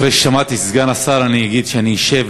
אחרי ששמעתי את סגן השר אני אגיד שאני אשב,